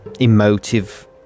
emotive